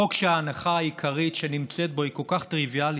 חוק שההנחה העיקרית שבו היא כל כך טריוויאלית,